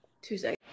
Tuesday